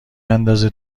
ندازه